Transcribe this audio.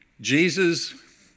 Jesus